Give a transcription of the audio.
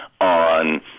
on